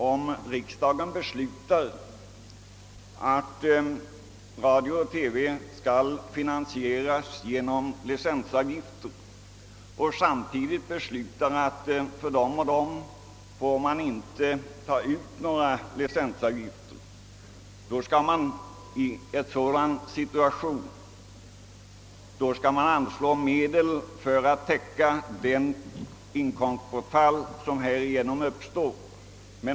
Om riksdagen beslutar att radio-TV skall finansieras genom licensavgifter och sedan beslutar att befria vissa apparatinnehavare från skyldigheten att erlägga licensavgifter bör medel anslås för att täcka det inkomstbortfall som härigenom uppstår.